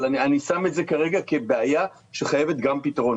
אבל אני שם את זה כרגע כבעיה שחייבת גם פתרון.